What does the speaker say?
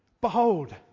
Behold